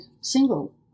single